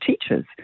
teachers